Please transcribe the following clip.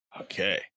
Okay